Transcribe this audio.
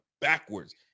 backwards